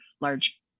large